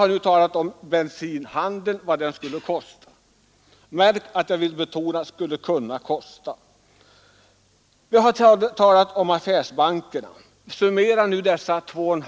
Till sist skall jag roa mig med att se efter vad det skulle kosta — jag betonar skulle kosta — att genomföra alla dessa kommunistiska förslag om förstatliganden. Jag har talat om vad det skulle kosta att förstatliga bensinhandeln.